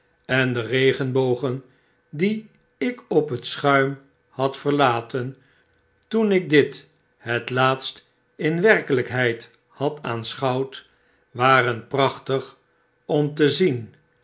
en de regenbogen die ik op het schuim had verlaten toen ik dit het laatst in werkelijkheid had aanschouwd waren prachtig om te zien